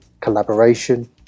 collaboration